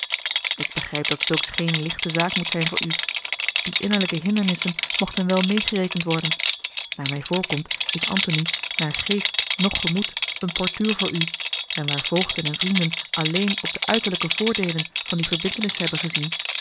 ik begrijp dat zulks geen lichte zaak moet zijn voor u die innerlijke hindernissen mochten wel meêgerekend worden naar mij voorkomt is antony naar geest noch gemoed een portuur voor u en waar voogden en vrienden alleen op de uiterlijke voordeelen van die verbintenis hebben gezien